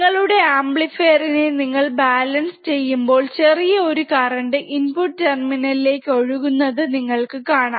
നിങ്ങളുടെ ആംപ്ലിഫയർ നെ നിങ്ങൾ ബാലൻസ് ചെയ്യുമ്പോൾ ചെറിയ ഒരു കറന്റ് ഇൻപുട് ടെർമിനൽ ലേക്ക് ഒഴുകുന്നത് നിങ്ങൾക് കാണാം